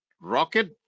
rocket